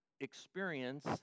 experience